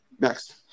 next